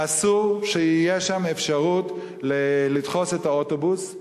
אסור שתהיה שם אפשרות לדחוס את האוטובוס,